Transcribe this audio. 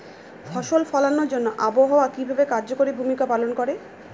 ফসল ফলানোর জন্য আবহাওয়া কিভাবে কার্যকরী ভূমিকা পালন করে?